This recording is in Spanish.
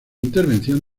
intervención